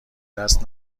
دست